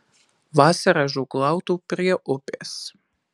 vasarą žūklautų prie upės